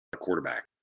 quarterback